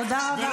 תודה.